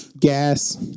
Gas